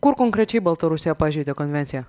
kur konkrečiai baltarusija pažeidė konvenciją